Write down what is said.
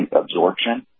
absorption